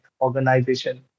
organization